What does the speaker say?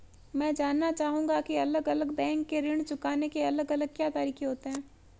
मैं जानना चाहूंगा की अलग अलग बैंक के ऋण चुकाने के अलग अलग क्या तरीके होते हैं?